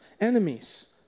enemies